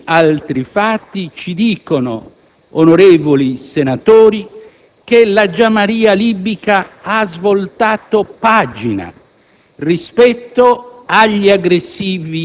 Questi e numerosi altri fatti ci dicono, onorevoli senatori, che la Jamahiriya libica ha voltato pagina